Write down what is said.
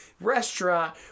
restaurant